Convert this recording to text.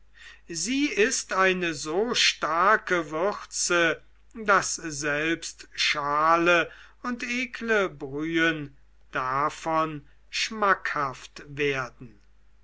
sie ist eine so starke würze daß selbst schale uns ekle brühen davon schmackhaft werden